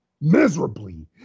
Miserably